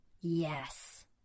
Yes